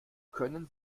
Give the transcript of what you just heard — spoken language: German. können